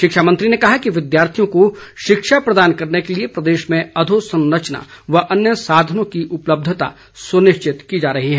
शिक्षामंत्री ने कहा कि विद्यार्थियों को शिक्षा प्रदान करने के लिए प्रदेश में अधोसंरचना व अन्य साधनों की उपलब्धता सुनिश्चित की जा रही है